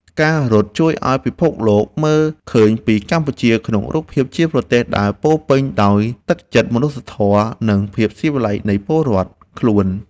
ការរត់ជួយឱ្យពិភពលោកមើលឃើញពីកម្ពុជាក្នុងរូបភាពជាប្រទេសដែលពោរពេញដោយទឹកចិត្តមនុស្សធម៌ និងភាពស៊ីវិល័យនៃពលរដ្ឋខ្លួន។